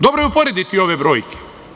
Dobro je uporediti ove brojke.